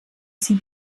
sie